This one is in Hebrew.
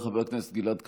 חבר הכנסת גלעד קריב,